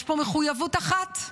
יש פה מחויבות אחת,